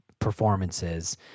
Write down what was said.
performances